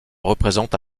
représente